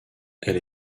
elle